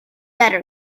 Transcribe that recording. better